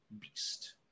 beast